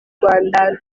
rwanda